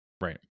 right